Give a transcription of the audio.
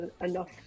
enough